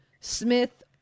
Smith